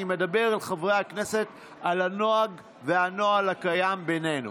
אני מדבר אל חברי הכנסת על הנוהג והנוהל הקיים בינינו.